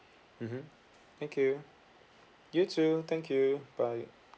mmhmm thank you you too thank you bye